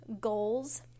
goals